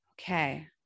Okay